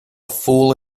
fool